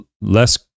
less